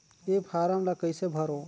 ये फारम ला कइसे भरो?